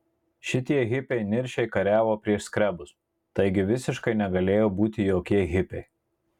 šitie hipiai niršiai kariavo prieš skrebus taigi visiškai negalėjo būti jokie hipiai